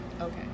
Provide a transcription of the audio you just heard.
Okay